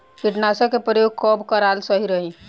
कीटनाशक के प्रयोग कब कराल सही रही?